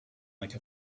like